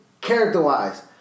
Character-wise